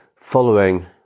following